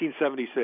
1976